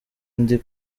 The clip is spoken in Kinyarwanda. ndi